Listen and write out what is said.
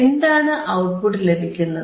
എന്താണ് ഔട്ട്പുട്ട് ലഭിക്കുന്നത്